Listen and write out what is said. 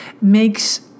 makes